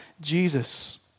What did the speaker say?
Jesus